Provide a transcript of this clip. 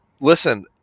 Listen